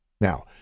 Now